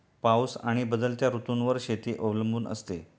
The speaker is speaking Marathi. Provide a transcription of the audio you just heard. पाऊस आणि बदलत्या ऋतूंवर शेती अवलंबून असते